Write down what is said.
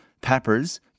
peppers